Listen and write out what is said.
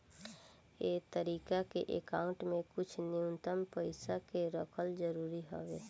ए तरीका के अकाउंट में कुछ न्यूनतम पइसा के रखल जरूरी हवे